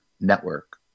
network